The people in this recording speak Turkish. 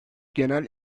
genel